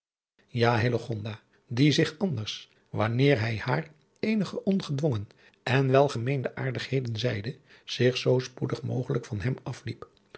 hillegonda die zich anders wanneer hij haar eenige ongedwongen en welgemeende aardigheden zeide zich zoo spoedig mogelijk van hem afhielp